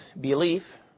belief